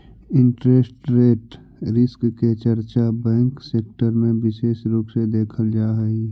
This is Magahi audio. इंटरेस्ट रेट रिस्क के चर्चा बैंक सेक्टर में विशेष रूप से देखल जा हई